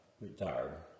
retired